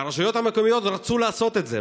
והרשויות המקומיות רצו לעשות את זה.